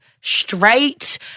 straight